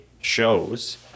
shows